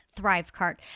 Thrivecart